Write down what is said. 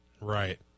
Right